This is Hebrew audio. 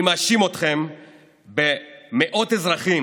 אני מאשים אתכם במאות אזרחים